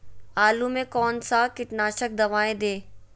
आलू में कौन सा कीटनाशक दवाएं दे?